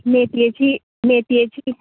मेथयेची मेथयेची